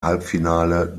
halbfinale